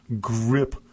grip